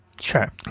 sure